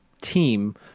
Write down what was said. team